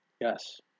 Yes